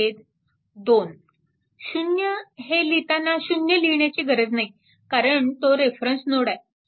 0 हे लिहिताना 0 लिहिण्याची गरज नाही कारण तो रेफरन्स नोड आहे